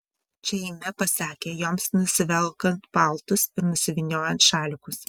čia eime pasakė joms nusivelkant paltus ir nusivyniojant šalikus